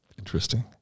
Interesting